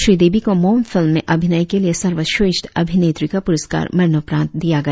श्री देवी को Mom film में अभिनय के लिए सर्वश्रेष्ठ अभिनेत्री का पुरस्कार मरणोपरांत दिया गया